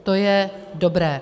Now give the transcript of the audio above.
To je dobré.